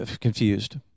confused